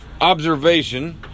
observation